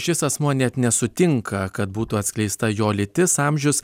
šis asmuo net nesutinka kad būtų atskleista jo lytis amžius